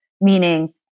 meaning